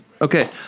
Okay